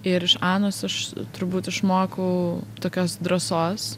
ir iš anos aš turbūt išmokau tokios drąsos